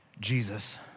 Jesus